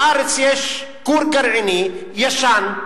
בארץ יש כור גרעיני ישן,